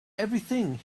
everything